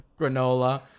Granola